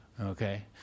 okay